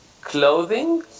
clothing